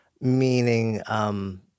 Meaning